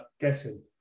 guessing